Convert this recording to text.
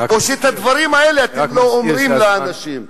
או שאת הדברים האלה אתם לא אומרים לאנשים.